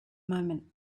moment